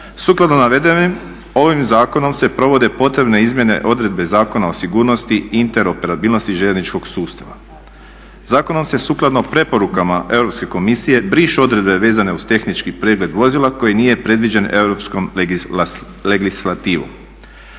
Sukladno navedenom, ovim zakonom se provode potrebne izmjene odredbe Zakona o sigurnosti i interoperabilnosti željezničkog sustava. Zakonom se sukladno preporukama Europske komisije brišu odredbe vezane uz tehnički pregled vozila koji nije predviđen europskom legislativom.